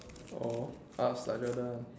or ask